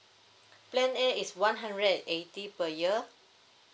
plan A is one hundred and eighty per year